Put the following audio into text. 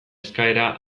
eskaera